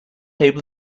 able